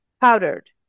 powdered